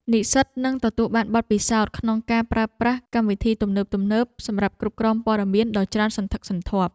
និស្សិតនឹងទទួលបានបទពិសោធន៍ក្នុងការប្រើប្រាស់កម្មវិធីទំនើបៗសម្រាប់គ្រប់គ្រងព័ត៌មានដ៏ច្រើនសន្ធឹកសន្ធាប់។